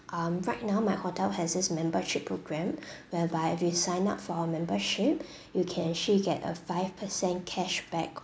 um right now my hotel has this membership programme whereby if you sign up for our membership you can actually get a five percent cashback